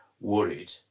worried